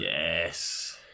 Yes